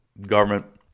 Government